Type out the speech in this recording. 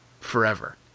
forever